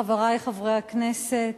חברי חברי הכנסת,